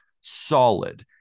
solid